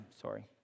Sorry